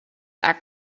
are